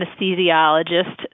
anesthesiologist